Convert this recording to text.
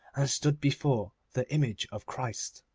and stood before the image of christ.